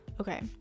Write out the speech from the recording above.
Okay